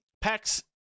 PAX